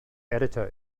editor